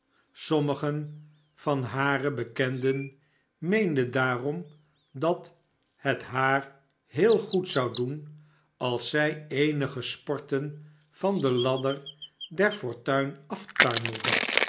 sommigen van hare bekenden meenden daarom dat het haar veel goed zou doen als zij eenige sporten van de ladder der fortuin